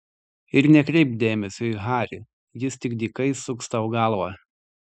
ir nekreipk dėmesio į harį jis tik dykai suks tau galvą